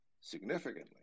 significantly